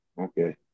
okay